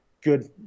good